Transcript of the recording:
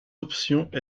options